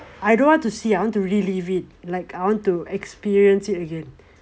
I don't want to see I want to relive it like I want to experience it again